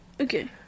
Okay